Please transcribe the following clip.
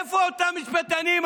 איפה אותם משפטנים?